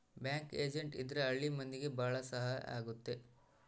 bank agent ಇದ್ರ ಹಳ್ಳಿ ಮಂದಿಗೆ ಭಾಳ ಸಹಾಯ ಆಗುತ್ತೆ